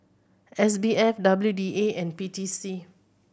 S B F W D A and P T C